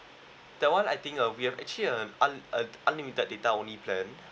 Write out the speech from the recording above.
that one I think uh we have actually uh un~ uh unlimited data only plan